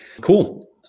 Cool